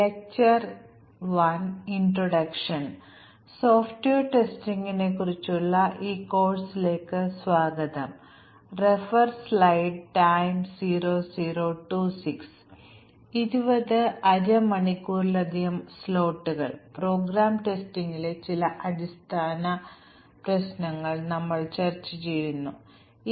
ഇതുവരെ ഞങ്ങൾ black box testing ടെക്നിക്കുകളെക്കുറിച്ചും നിരവധി വൈറ്റ് ബോക്സ് ടെസ്റ്റിംഗ് ടെക്നിക്കുകളെക്കുറിച്ചും ചർച്ച ചെയ്തിരുന്നു കഴിഞ്ഞ സെഷനിൽ ഞങ്ങൾ ഒരു ഫോൾട്ട് അധിഷ്ഠിത ടെസ്റ്റിംഗ് ടെക്നിക്കായ മ്യൂട്ടേഷൻ ടെസ്റ്റിംഗിനെക്കുറിച്ച് ചർച്ച ചെയ്യുകയായിരുന്നു